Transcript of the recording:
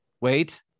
Wait